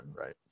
right